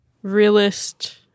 realist